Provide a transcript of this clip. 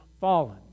fallen